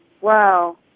Wow